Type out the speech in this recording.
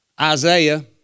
Isaiah